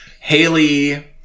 Haley